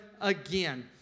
again